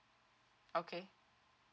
okay